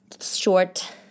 short